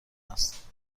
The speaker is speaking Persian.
است